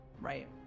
right